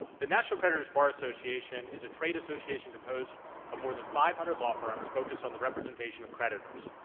the national creditors bar association is a trade association composed of more than five hundred law firms focused on the representation of creditors.